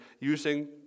using